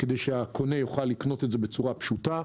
כדי שהקונה יוכל לקנות את זה בצורה פשוטה,